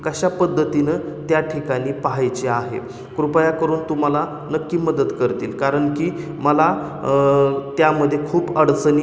कशा पद्धतीनं त्या ठिकाणी पाहायची आहे कृपया करून तू मला नक्की मदत करतील कारण की मला त्यामध्ये खूप अडचणी